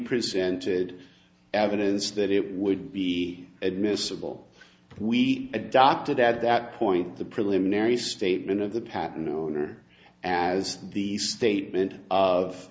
presented evidence that it would be admissible we adopted at that point the preliminary statement of the patent owner as the statement of